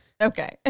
Okay